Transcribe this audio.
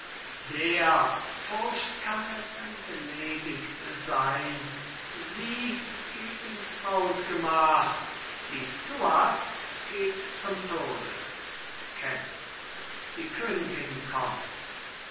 der furcht kann es entledigt sein sie geht ins brautgemach die stuart geht zum tode kent die königin kommt